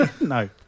No